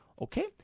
Okay